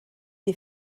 des